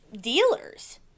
dealers